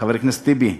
חבר הכנסת טיבי?